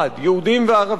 יהודים וערבים".